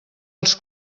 els